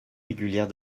régulière